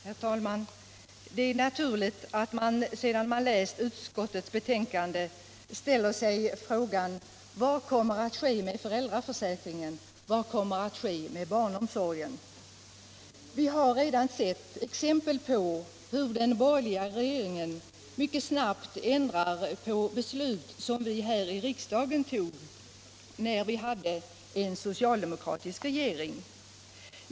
Herr talman! Det är naturligt att man efter att ha läst utskottets betänkande ställer frågorna: Vad kommer att ske med föräldraförsäkringen? Vad kommer att ske med barnomsorgen? Vi har redan sett exempel på hur den borgerliga regeringen mycket snabbt ändrar beslut som riksdagen tog när vi hade en socialdemokratisk regering.